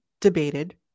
debated